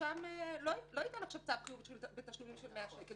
הרשם לא ייתן לו עכשיו צו חיוב בתשלומים של 100 שקלים,